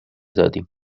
دادیم